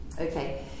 Okay